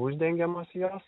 uždengiamos jos